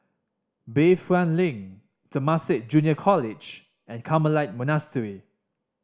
Bayfront Link Temasek Junior College and Carmelite Monastery